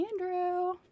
Andrew